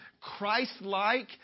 Christ-like